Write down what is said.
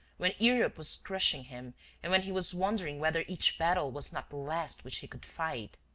when europe was crushing him and when he was wondering whether each battle was not the last which he would fight.